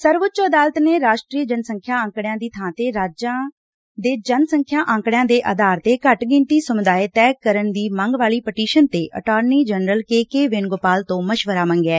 ਸਰਵਉੱਚ ਅਦਾਲਤ ਨੇ ਰਾਸ਼ਟਰੀ ਜਨਸੰਖਿਆ ਅੰਕੜਿਆਂ ਦੀ ਥਾਂ ਤੇ ਰਾਜਾਂ ਦੀ ਜਨ ਸੰਖਿਆ ਅੰਕੜਿਆਂ ਦੇ ਆਧਾਰ ਤੇ ਘੱਟ ਗਿਣਤੀ ਸਮੁਦਾਏ ਘੋਸ਼ਿਤ ਕਰਨ ਦੀ ਮੰਗ ਵਾਲੀ ਪਟੀਸ਼ਨ ਤੇ attorney general K K Venugopal ਤੋਂ ਮਸ਼ਵਰਾ ਮੰਗਿਐ